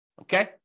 Okay